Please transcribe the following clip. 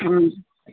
हा